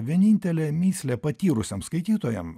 vienintelė mįslė patyrusiem skaitytojam